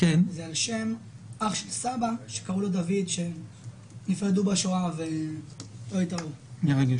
על שם אח של סבא שקראו לו דוד והם נפרדו בשואה ולא התראו.